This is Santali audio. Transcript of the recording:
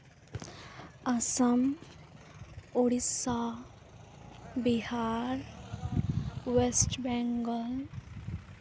ᱟᱥᱟᱢ ᱳᱲᱤᱥᱥᱟ ᱵᱤᱦᱟᱨ ᱚᱭᱮᱥᱴ ᱵᱮᱝᱜᱚᱞ